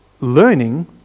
learning